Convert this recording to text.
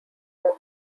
more